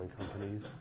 companies